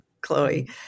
Chloe